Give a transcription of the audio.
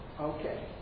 Okay